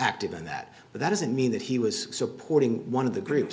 active in that but that doesn't mean that he was supporting one of the gr